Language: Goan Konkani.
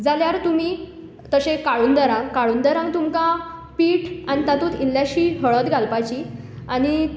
जाल्यार तुमी तशें काळुंदरां काळुंदरांक तुमकां पीठ आनी तातूंत इल्लीशी हळद घालपाची आनी